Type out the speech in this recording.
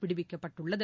விடுவிக்கப்பட்டுள்ளது